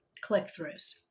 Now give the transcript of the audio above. click-throughs